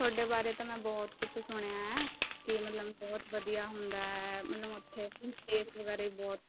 ਤੁਹਾਡੇ ਬਾਰੇ ਤਾਂ ਮੈਂ ਬਹੁਤ ਕੁਛ ਸੁਣਿਆ ਹੈ ਕਿ ਮਤਲਬ ਬਹੁਤ ਵਧੀਆ ਹੁੰਦਾ ਹੈ ਮਤਲਬ ਉੱਥੇ ਪਲੇਸ ਵਗੈਰਾ ਵੀ ਬਹੁਤ